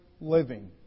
living